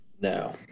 No